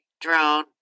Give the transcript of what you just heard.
drone